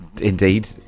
Indeed